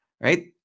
right